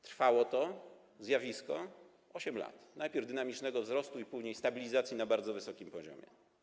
To zjawisko trwało 8 lat - najpierw dynamicznego wzrostu i później stabilizacji na bardzo wysokim poziomie.